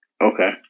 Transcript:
Okay